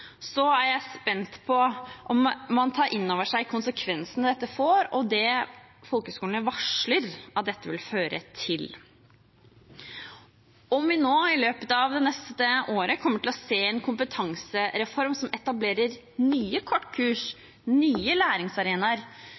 er jeg spent på om man tar inn over seg konsekvensene dette får, og det folkehøgskolene varsler at dette vil føre til. Om vi i løpet av det neste året kommer til å se en kompetansereform som etablerer nye kortkurs, nye læringsarenaer,